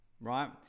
right